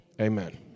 Amen